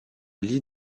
lit